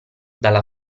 dalla